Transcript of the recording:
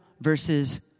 versus